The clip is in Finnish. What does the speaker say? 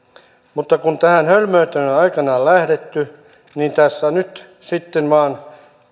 mutta kun tähän hölmöyteen on aikanaan lähdetty niin tässä nyt sitten vain